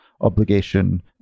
obligation